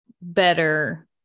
better